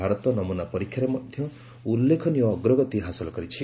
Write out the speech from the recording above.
ଭାରତ ନମୂନା ପରୀକ୍ଷାରେ ମଧ୍ୟ ଉଲ୍ଲେଖନୀୟ ଅଗ୍ରଗତି ହାସଲ କରିଛି